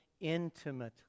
intimately